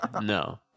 No